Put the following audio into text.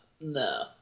no